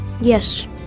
Yes